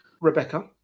Rebecca